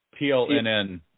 PLNN